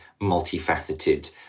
multifaceted